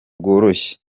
bworoshye